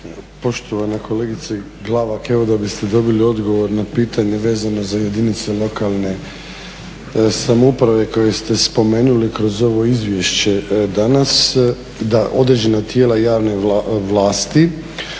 Poštovana kolegice Glavak evo da biste dobili odgovor na pitanje vezano za jedinice lokalne samouprave koje ste spomenuli kroz ovo izvješće danas da određena tijela javne vlasti,